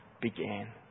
began